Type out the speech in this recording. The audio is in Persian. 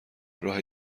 راه